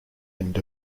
end